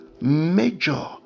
major